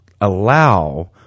allow